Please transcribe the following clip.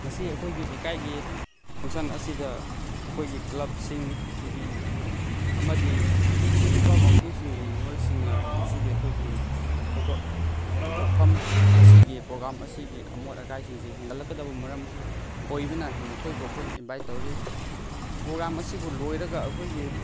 ꯉꯁꯤ ꯑꯩꯈꯣꯏꯒꯤ ꯂꯩꯀꯥꯏꯒꯤ ꯐꯪꯁꯟ ꯑꯁꯤꯗ ꯑꯩꯈꯣꯏꯒꯤ ꯀ꯭ꯂꯕꯁꯤꯡꯒꯤ ꯑꯃꯗꯤ ꯃ꯭ꯌꯨꯅꯤꯁꯤꯄꯥꯜ ꯀꯥꯎꯟꯁꯤꯜꯁꯤꯡꯒꯤ ꯃꯤꯑꯣꯏꯁꯤꯡꯅ ꯉꯁꯤꯒꯤ ꯑꯩꯈꯣꯏꯒꯤ ꯊꯧꯗꯣꯛ ꯊꯣꯛꯐꯝ ꯑꯁꯤꯒꯤ ꯄ꯭ꯔꯣꯒ꯭ꯔꯥꯝ ꯑꯁꯤꯒꯤ ꯑꯃꯣꯠ ꯑꯀꯥꯏꯁꯤꯡꯁꯦ ꯍꯦꯟꯒꯠꯂꯛꯀꯗꯕ ꯃꯔꯝ ꯑꯣꯏꯕꯅ ꯅꯈꯣꯏꯕꯨ ꯑꯩꯈꯣꯏꯅ ꯏꯟꯚꯥꯏꯠ ꯇꯧꯔꯤ ꯄꯨꯔꯥ ꯃꯁꯤꯕꯨ ꯂꯣꯏꯔꯒ ꯑꯩꯈꯣꯏꯒꯤ